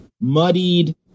muddied